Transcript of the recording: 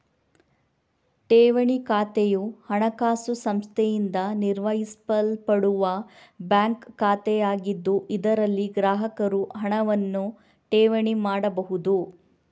ಠೇವಣಿ ಖಾತೆಯು ಹಣಕಾಸು ಸಂಸ್ಥೆಯಿಂದ ನಿರ್ವಹಿಸಲ್ಪಡುವ ಬ್ಯಾಂಕ್ ಖಾತೆಯಾಗಿದ್ದು, ಇದರಲ್ಲಿ ಗ್ರಾಹಕರು ಹಣವನ್ನು ಠೇವಣಿ ಮಾಡಬಹುದು